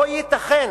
לא ייתכן